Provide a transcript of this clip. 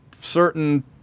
certain